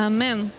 Amen